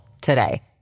today